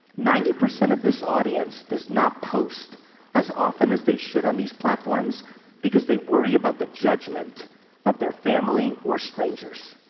ninety percent of this audience does not post as often as they should on these platforms because they worry about the judgment of their family or strangers.